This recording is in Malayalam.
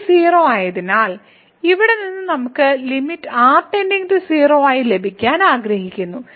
ഈ ലിമിറ്റ് 0 ആയതിനാൽ ഇവിടെ നിന്ന് നമുക്ക് ലിമിറ്റ് r → 0 ആയി ലഭിക്കാൻ ആഗ്രഹിക്കുന്നു